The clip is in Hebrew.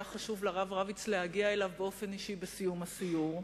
חשוב לרב רביץ להגיע אליו באופן אישי בסיום הסיור.